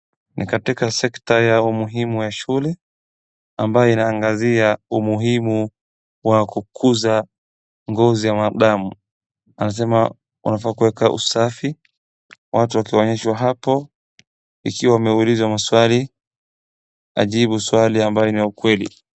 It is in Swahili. Ni katika sekta ya umuhimu ya shule ambaye inaangazia umuhimu wa kukuza ngozi ya mwanadamu. Anasema wanafaa kueka usafi, watu wakionyeshwa hapo ikiwa wameuliza maswali ajibu swali ambayo ni ya ukweli.